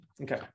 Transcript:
Okay